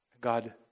God